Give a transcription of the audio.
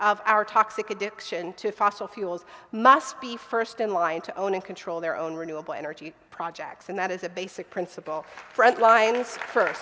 of our toxic addiction to fossil fuels must be first in line to own and control their own renewable energy projects and that is a basic principle breadlines f